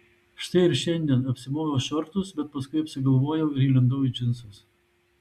štai ir šiandien apsimoviau šortus bet paskui apsigalvojau ir įlindau į džinsus